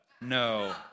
No